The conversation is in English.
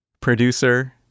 producer